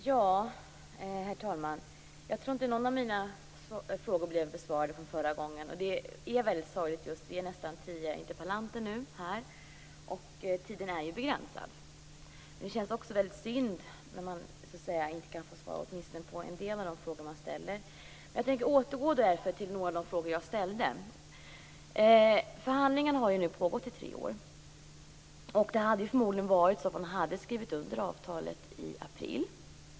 Herr talman! Jag tror inte att någon av mina frågor blev besvarad. Det är väldigt sorgligt. Vi är nästan tio interpellanter här, och tiden är ju begränsad. Det känns också synd att inte få svar åtminstone på en del av de frågor man ställer. Jag tänker därför återkomma till några av de frågor jag ställde. Förhandlingarna har nu pågått i tre år. Avtalet skulle enligt tidsplanen ha skrivits under i april.